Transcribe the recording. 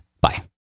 Bye